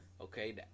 Okay